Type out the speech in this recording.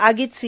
आगीत सी